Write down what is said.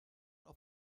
auf